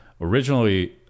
Originally